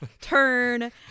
turn